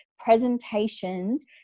presentations